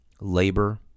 labor